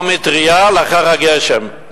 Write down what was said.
או מטרייה לאחר הגשם.